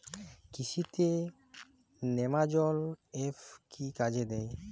কৃষি তে নেমাজল এফ কি কাজে দেয়?